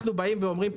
אנחנו אומרים,